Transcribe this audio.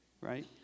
right